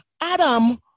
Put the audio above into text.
Adam